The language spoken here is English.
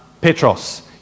Petros